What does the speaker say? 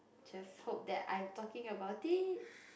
just hope that I'm talking about it